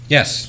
Yes